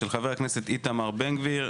של חבר הכנסת איתמר בן גביר,